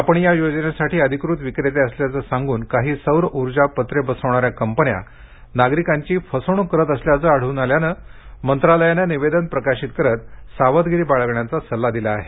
आपण या योजनेसाठी अधिकृत विक्रेते असल्याचं सांगून काही सौर ऊर्जा पत्रे बसवणाऱ्या कंपन्या नागरिकांची फसवणूक करत असल्याचं आढळून आल्यानं मंत्रालयानं निवेदन प्रसिध्द करत सावधगिरी बाळगण्याचा सल्ला दिला आहे